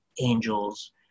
angels